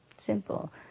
Simple